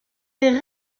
règles